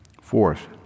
Fourth